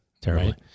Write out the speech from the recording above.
terribly